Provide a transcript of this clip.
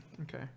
okay